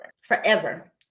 Forever